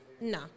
No